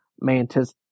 Mantis